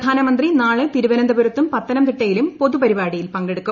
പ്രധാനമന്ത്രി നാളെ തിരുവനന്തപുരത്തും പത്തനംതിട്ടയിലും പൊതുപരിപാടിയിൽ പങ്കെടുക്കും